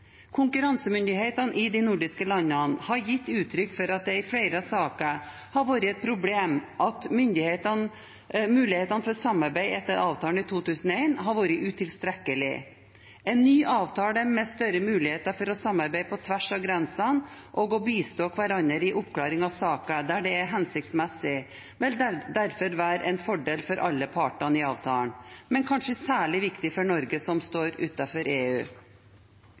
Konkurransemyndighetene i de nordiske landene har gitt uttrykk for at det i flere saker har vært et problem at mulighetene for samarbeid etter avtalen av 2001 har vært utilstrekkelige. En ny avtale med større muligheter for å samarbeide på tvers av grensene og å bistå hverandre i oppklaring av saker der det er hensiktsmessig, vil derfor være en fordel for alle partene i avtalen, men kanskje særlig viktig for Norge, som står utenfor EU.